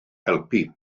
helpu